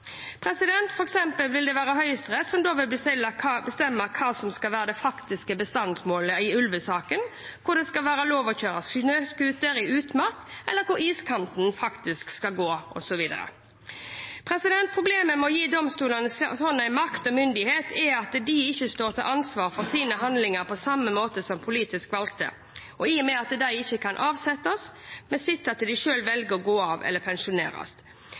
vil det være Høyesterett som da vil bestemme hva som skal være det faktiske bestandsmålet i ulvesaken, hvor det skal være lov til å kjøre snøscooter i utmark, eller hvor iskanten faktisk skal gå. Problemet med å gi domstolene sånn makt og myndighet er at de ikke står til ansvar for sine handlinger på samme måte som politisk valgte, i og med at de ikke kan avsettes, men sitter til de selv velger å gå av eller pensjoneres.